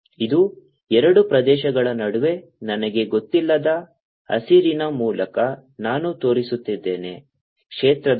ಇದು ಎರಡು ಪ್ರದೇಶಗಳ ನಡುವೆ ನನಗೆ ಗೊತ್ತಿಲ್ಲದ ಹಸಿರಿನ ಮೂಲಕ ನಾನು ತೋರಿಸುತ್ತಿದ್ದೇನೆ ಕ್ಷೇತ್ರದ ಸ್ವರೂಪ